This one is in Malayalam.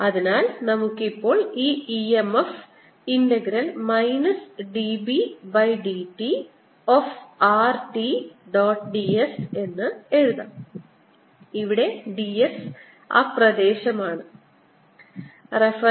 അതിനാൽ നമുക്ക് ഇപ്പോൾ ഈ EMF integral minus db by dt of r t dot d s എന്ന് എഴുതാം ഇവിടെ ds പ്രദേശം ആണ്